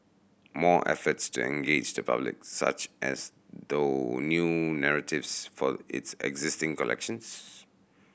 more efforts to engage the public such as through new narratives for its existing collections